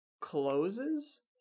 closes